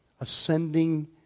ascending